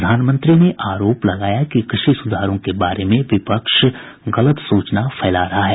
प्रधानमंत्री ने आरोप लगाया कि कृषि सुधारों के बारे में विपक्ष द्वारा गलत सूचना फैलाई जा रही है